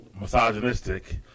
misogynistic